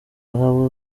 wahabwa